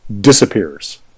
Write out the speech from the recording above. disappears